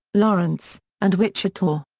lawrence, and wichita.